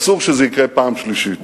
אסור שזה יקרה פעם שלישית.